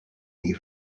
new